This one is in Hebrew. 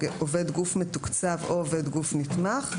עובד גוף מתוקצב או עובד גוף נתמך,